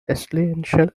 ecclesiastical